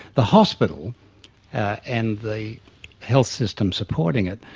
the hospital and the health system supporting it,